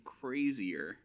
crazier